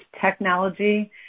technology